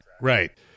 Right